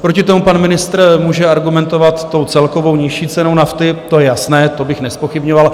Proti tomu pan ministr může argumentovat celkovou nižší cenou nafty, to je jasné, to bych nezpochybňoval.